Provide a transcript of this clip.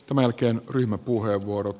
tämän jälkeen ryhmäpuheenvuorot